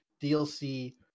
DLC